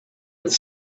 with